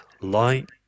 light